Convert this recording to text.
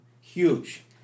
huge